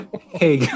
Hey